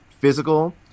physical